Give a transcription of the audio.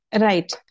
Right